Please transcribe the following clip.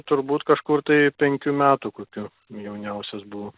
turbūt kažkur tai penkių metų kokių jauniausias buvo